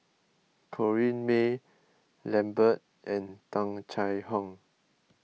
Corrinne May Lambert and Tung Chye Hong